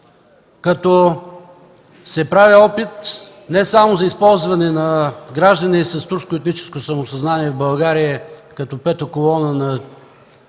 правейки опит не само за използване на граждани с турско етническо самосъзнание в България като пета колона на